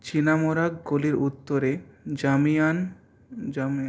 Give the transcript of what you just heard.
চিনামরাগ গলির উত্তরে জামিয়ান জামিয়া